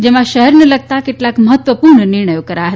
જેમાં શહેરને લગતા કેટલાક મહત્ત્વપૂર્ણ નિર્ણય કરાયા